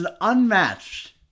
unmatched